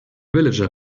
villager